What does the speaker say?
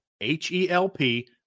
H-E-L-P